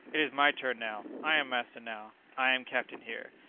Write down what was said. it is my turn now! i am master now! i am captain here!